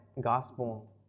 gospel